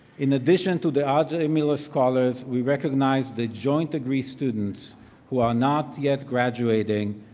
in addition to the arjay miller scholars, we recognize the joint degree students who are not yet graduating,